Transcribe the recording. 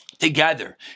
together